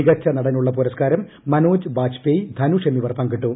മികച്ച നടനുളള പുരസ്കാരം മനോജ് ബാജ്പേയ് ധനുഷ് എന്നിവർ പങ്കിട്ടു